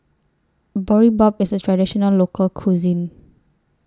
Boribap IS A Traditional Local Cuisine